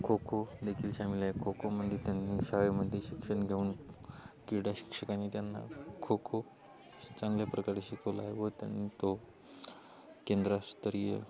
खो खो देखील सामील आहे खो खोमध्ये त्यांनी शाळेमध्ये शिक्षण घेऊन क्रीडा शिक्षकानी त्यांना खो खो चांगल्या प्रकारे शिकवला आहे व त्यांनी तो केंद्रस्तरीय